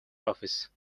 office